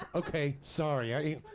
ok, sorry.